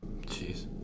Jeez